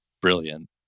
brilliant